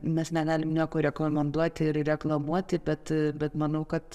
mes negalim nieko rekomenduoti ir reklamuoti bet bet manau kad